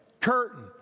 curtain